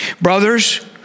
Brothers